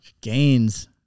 Gains